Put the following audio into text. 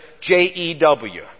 J-E-W